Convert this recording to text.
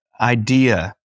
idea